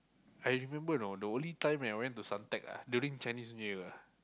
I remember you know the only time when I went to Suntec ah during Chinese-New-Year ah